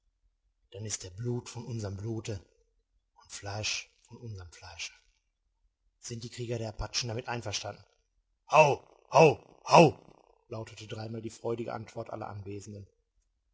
dann ist er blut von unserm blute und fleisch von unserm fleische sind die krieger der apachen damit einverstanden howgh howgh howgh lautete dreimal die freudige antwort aller anwesenden